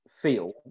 feel